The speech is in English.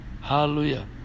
Hallelujah